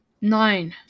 Nine